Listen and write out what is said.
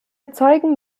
erzeugen